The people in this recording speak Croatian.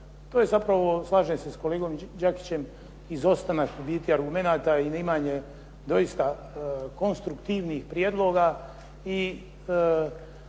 to je zapravo slažem se s kolegom Đakićem izostanak u biti argumenata i neimanje doista konstruktivnih prijedloga.